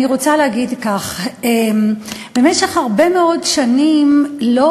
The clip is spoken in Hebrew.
אני רוצה להגיד כך: במשך הרבה מאוד שנים לא